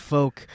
Folk